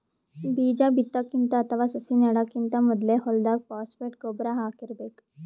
ಬೀಜಾ ಬಿತ್ತಕ್ಕಿಂತ ಅಥವಾ ಸಸಿ ನೆಡಕ್ಕಿಂತ್ ಮೊದ್ಲೇ ಹೊಲ್ದಾಗ ಫಾಸ್ಫೇಟ್ ಗೊಬ್ಬರ್ ಹಾಕಿರ್ಬೇಕ್